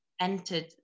entered